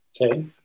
Okay